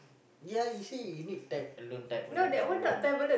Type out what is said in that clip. ya you see you need time alone time alone time alone